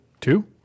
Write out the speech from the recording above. Two